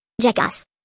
Jackass